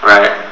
Right